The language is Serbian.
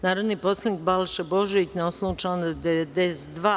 Narodni poslanik Balša Božović, na osnovu člana 92.